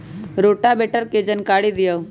Rotavator के जानकारी दिआउ?